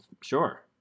Sure